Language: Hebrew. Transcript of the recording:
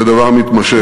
זה דבר מתמשך.